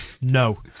No